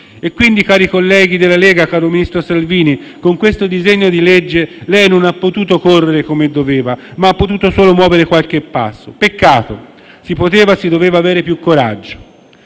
Quindi, cari colleghi della Lega, caro ministro Salvini, con questo disegno di legge non avete potuto correre come dovevate, ma avete potuto solo muovere qualche passo. Peccato: si poteva e si doveva avere più coraggio.